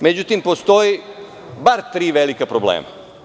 Međutim, postoje bar tri velika problema.